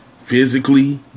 physically